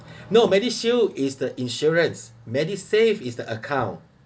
no medishield is the insurance medisave is the account